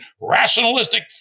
rationalistic